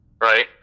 Right